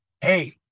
hey